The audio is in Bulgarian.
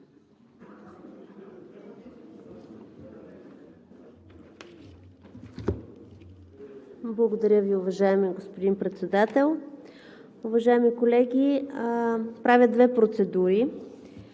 Благодаря Ви, уважаеми господин Председател. Уважаеми колеги, правя две процедури.